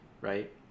right